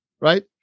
Right